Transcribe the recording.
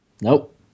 Nope